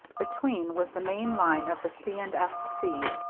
between was the main line of the c. and s. c,